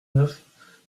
neuf